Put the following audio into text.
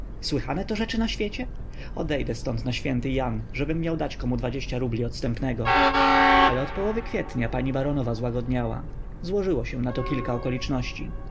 słychane to rzeczy na świecie odejdę ztąd na święty jan żebym miał dać komu dwadzieścia rubli odstępnego ale od połowy kwietnia pani baronowa złagodniała złożyło się nato kilka okoliczności